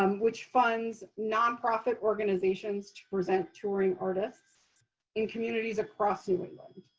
um which funds non-profit organizations to present touring artists in communities across new england.